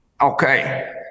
Okay